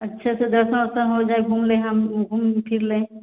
अच्छा तो दर्शन उसन हो जाए घूम लेंगे हम घूम फिर लें